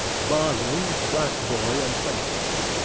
bar room, black boy and stomach-ache.